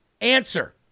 answer